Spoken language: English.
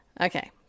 Okay